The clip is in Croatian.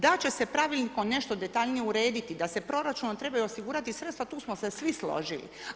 Da će se pravilnikom nešto detaljnije urediti da se proračunom trebaju osigurati sredstva, tu smo se svi složili.